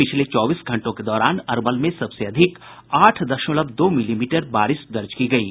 पिछले चौबीस घंटों के दौरान अरवल में सबसे अधिक आठ दशमलव दो मिलीमीटर बारिश दर्ज की गयी